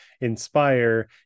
inspire